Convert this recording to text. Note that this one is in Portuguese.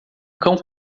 cão